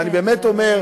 אני באמת אומר,